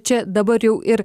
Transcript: čia dabar jau ir